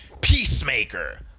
Peacemaker